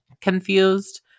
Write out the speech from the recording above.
confused